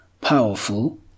powerful